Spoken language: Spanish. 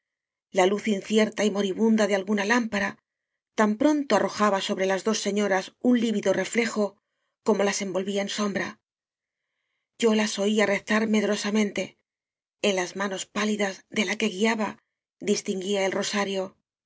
la luz incierta y moribunda de alguna lámpara tan pronto arrojaba sobre las dos señoras un lívido reflejo como las envolvía en sombra yo las oía rezar medro samente en las manos pálidas de la que guiaba distinguía el rosario